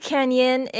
Canyon